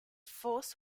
force